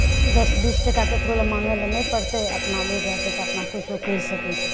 दश बीस टका केकरो लऽ माँगय लऽ नहि पड़तै अपना लुरि रहतै तऽ अपना किछु करि सकैत छै